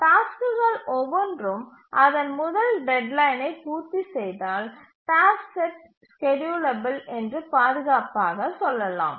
டாஸ்க்குகள் ஒவ்வொன்றும் அதன் முதல் டெட்லைனை பூர்த்திசெய்தால் டாஸ்க் செட் ஸ்கேட்யூலபில் என்று பாதுகாப்பாக சொல்லலாம்